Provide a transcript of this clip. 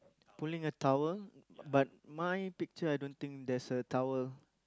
pulling a towel but my picture I don't think there's a towel